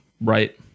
Right